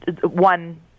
one